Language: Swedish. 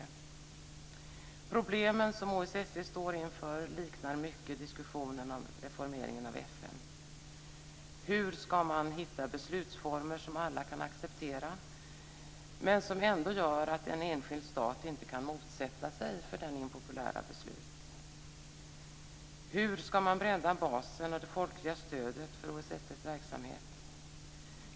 De problem som OSSE står inför liknar mycket det som behandlas i diskussionen om reformeringen av FN. Hur skall man hitta beslutsformer som alla kan acceptera men som ändå gör att en enskild stat inte kan motsätta sig för den impopulära beslut? Hur skall man bredda basen och det folkliga stödet för OSSE:s verksamhet?